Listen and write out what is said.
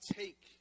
take